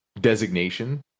designation